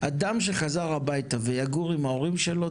אדם שחזר הביתה ויגור עם ההורים שלו,